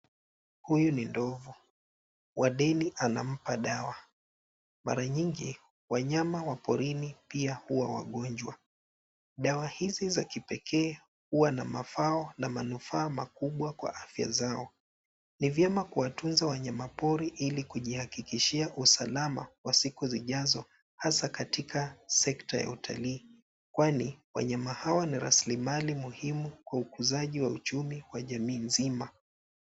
Huyu ni ndovu. Wadeni anampa dawa. Mara nyingi wanyama wa porini pia huwa wagonjwa. Dawa hizi za kipekee huwa na mazao na manufaa makubwa kwa afya zao. Ni vyema kuwatunza wanayamapori ili kujihakikishia usalama wa siku zijazo hasa katika sekta ya utalii kwani wanyama hawa ni rasilimali muhimu kwa ukuzaji wa jamii nzima.